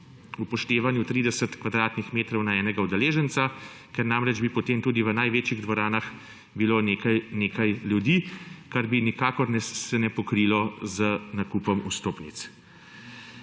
upoštevanju 30 kvadratnih metrov na enega udeleženca, ker bi potem tudi v največjih dvoranah bilo nekaj ljudi, kar se nikakor ne bi pokrilo z nakupom vstopnic.